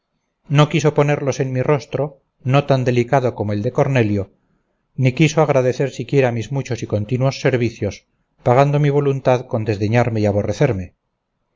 no quiso ponerlos en mi rostro no tan delicado como el de cornelio ni quiso agradecer siquiera mis muchos y continuos servicios pagando mi voluntad con desdeñarme y aborrecerme y